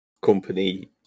company